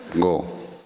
go